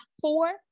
four